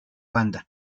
banda